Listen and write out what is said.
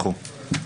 נדחו.